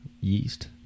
yeast